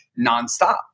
nonstop